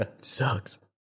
Sucks